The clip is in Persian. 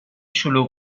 شلوغ